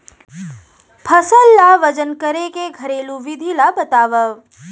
फसल ला वजन करे के घरेलू विधि ला बतावव?